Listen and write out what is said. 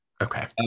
Okay